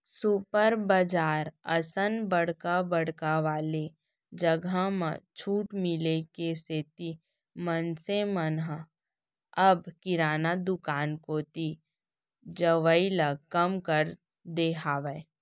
super बजार असन बड़का बड़का वाले जघा म छूट मिले के सेती मनसे मन ह अब किराना दुकान कोती जवई ल कम कर दे हावय